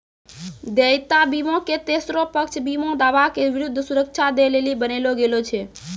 देयता बीमा के तेसरो पक्ष बीमा दावा के विरुद्ध सुरक्षा दै लेली बनैलो गेलौ छै